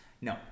no